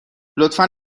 لطفا